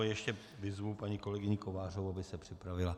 Ještě vyzvu paní kolegyni Kovářovou, aby se připravila.